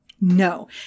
no